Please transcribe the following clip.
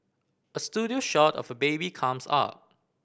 a studio shot of a baby comes up